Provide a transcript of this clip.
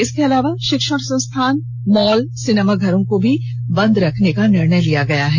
इसके अलावा षिक्षण संस्थान मॉल सिनेमा घरों को भी बंद रखने का निर्णय लिया गया है